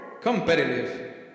competitive